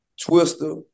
Twister